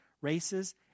races